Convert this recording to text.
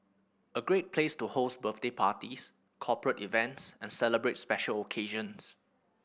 a great place to host birthday parties corporate events and celebrate special occasions